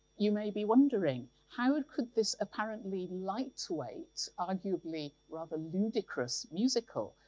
you may be wondering, how could could this apparently lightweight, arguably rather ludicrous musical,